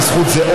בזכות זה,